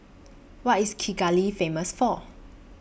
What IS Kigali Famous For